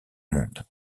monde